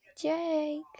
Jake